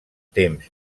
temps